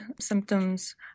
symptoms